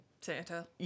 Santa